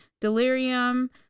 delirium